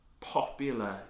popular